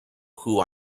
who